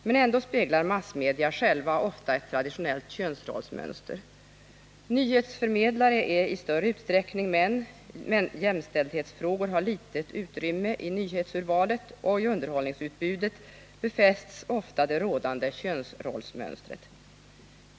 men ändå speglar massmedia själva ofta ett traditionellt könsrollsmönster. Nyhetsförmedlare är i större utsträckning män, jämställdhetsfrågor har litet utrymme i nyhetsurvalet, och i underhållningsutbudet befästs ofta det rådande könsrollsmönstret.